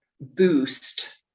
boost